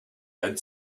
had